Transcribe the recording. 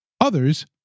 others